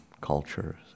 cultures